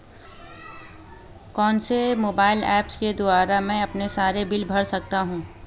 कौनसे mobile apps के द्वारा मैं अपने सारे बिल भर सकता हूं?